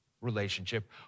relationship